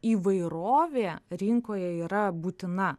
įvairovė rinkoje yra būtina